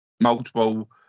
multiple